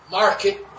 market